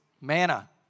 Manna